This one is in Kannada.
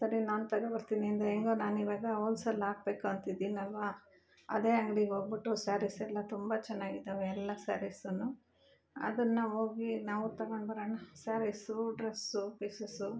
ಸರಿ ನಾನು ತಗೋಬರ್ತಿನಿ ಅಂದೆ ಹೆಂಗೋ ನಾನಿವಾಗ ಓಲ್ಸೇಲ್ ಹಾಕ್ಬೇಕು ಅಂತಿದ್ದಿನಿ ಅಲ್ವ ಅದೇ ಅಂಗ್ಡಿಗೆ ಹೋಗ್ಬುಟ್ಟು ಸ್ಯಾರಿಸೆಲ್ಲ ತುಂಬ ಚೆನ್ನಾಗಿದ್ದಾವೆ ಎಲ್ಲ ಸ್ಯಾರಿಸುನು ಅದನ್ನ ಹೋಗಿ ನಾವು ತಗೊಂಡ್ಬರಣ ಸ್ಯಾರೀಸು ಡ್ರಸ್ಸು ಪೀಸಸ್ಸು